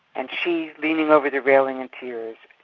and she, leaning over the railing in tears,